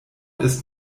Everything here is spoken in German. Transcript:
ist